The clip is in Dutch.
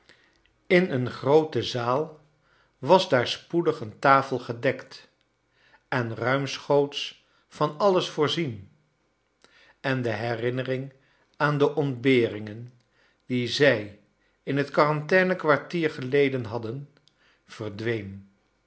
in een groote zaal was daar spoedig een tafel gcdekt en ruimschoots van alles voorzien en de herinnering aan de ontberingen die zij in het quarantaine kwartier geleden hadden verdween